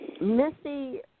Missy